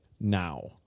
now